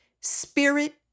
spirit